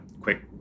quick